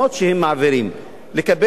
לקבל את הדעות שהם משמיעים,